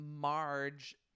Marge